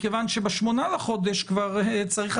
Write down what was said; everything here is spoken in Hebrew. כי זה לא